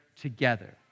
together